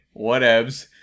Whatevs